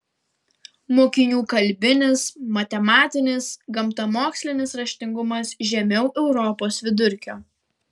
mokinių kalbinis matematinis gamtamokslinis raštingumas žemiau europos vidurkio